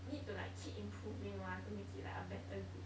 need to like keep improving [one] to make it like a better group